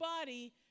body